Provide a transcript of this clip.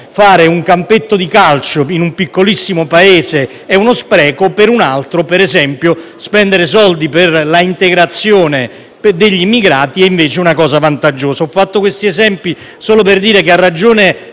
fare un campetto di calcio in un piccolissimo paese è uno spreco, mentre per un altro spendere soldi per l’integrazione degli immigrati è invece una cosa vantaggiosa. Ho fatto questi esempi solo per dire che ha ragione